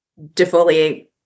defoliate